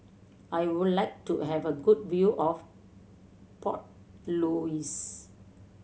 I would like to have a good view of Port Louis